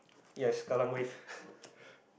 yes kallang Wave